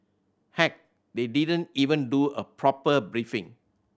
heck they didn't even do a proper briefing